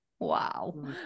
Wow